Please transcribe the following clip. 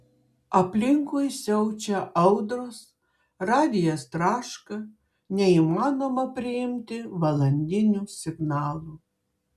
aplinkui siaučia audros radijas traška neįmanoma priimti valandinių signalų